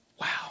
Wow